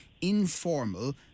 informal